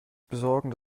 besorgen